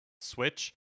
Switch